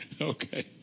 Okay